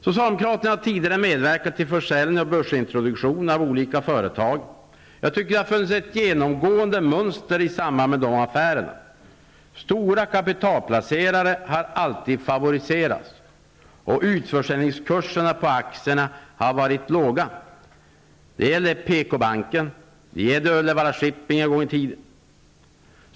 Socialdemokraterna har tidigare medverkat till försäljning och börsintroduktion av olika företag. Jag tycker att det har funnits ett genomgående mönster i samband med de affärerna. Stora kapitalplacerare har alltid favoriserats, och utförsäljningskurserna på aktierna har varit låga. Det gäller PKbanken och det gällde Uddevalla Shipping en gång i tiden.